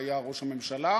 שהיה ראש הממשלה.